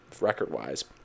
record-wise